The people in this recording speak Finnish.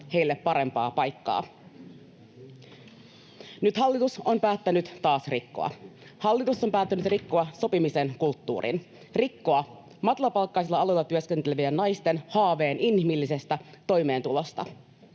heille parempaa paikkaa. Nyt hallitus on päättänyt taas rikkoa. Hallitus on päättänyt rikkoa sopimisen kulttuurin, rikkoa matalapalkkaisilla aloilla työskentelevien naisten haaveen inhimillisestä toimeentulosta.